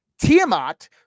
Tiamat